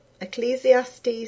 Ecclesiastes